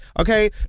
Okay